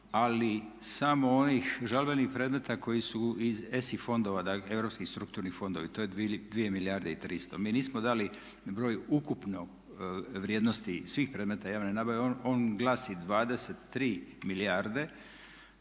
ali samo onih žalbenih predmeta koji su iz ES-i fondova, dakle Europskih strukturnih fondova, to je 2 milijarde i 300. Mi nismo dali broj ukupno vrijednosti svih predmeta javne nabave, on glasi 23 milijarde.